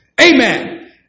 amen